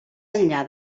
enllà